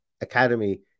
Academy